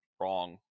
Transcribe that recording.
wrong